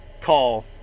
call